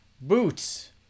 Boots